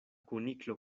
kuniklo